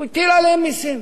הוא הטיל עליהם מסים.